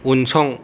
उनसं